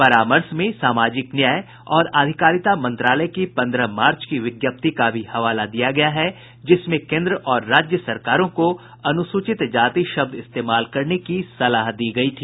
परामर्श में सामाजिक न्याय और आधिकारिता मंत्रालय की पन्द्रह मार्च की विज्ञप्ति का भी हवाला दिया गया है जिसमें केन्द्र और राज्य सरकारों को अनुसूचित जाति शब्द इस्तेमाल करने की सलाह दी गई है